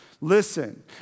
Listen